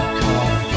car